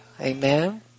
Amen